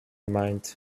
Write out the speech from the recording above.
mind